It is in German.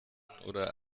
oder